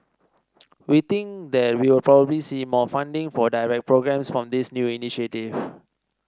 we think that we will probably see more funding for direct programmes from this new initiative